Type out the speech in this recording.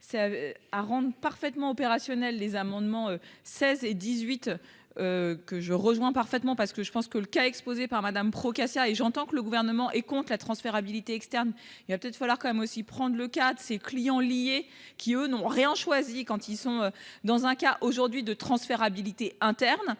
c'est ah rendent parfaitement opérationnel. Les amendements, 16 et 18. Que je rejoins parfaitement parce que je pense que le cas exposées par Madame Procaccia et j'entends que le gouvernement et compte la transférabilité externe. Il va peut-être falloir quand même aussi prendre le cas ses clients liés qui eux non Riancho Asie quand ils sont dans un cas aujourd'hui de transférabilité interne